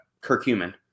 curcumin